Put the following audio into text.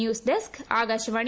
news desk Akashvani